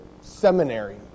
seminary